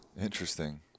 Interesting